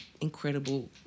incredible